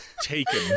taken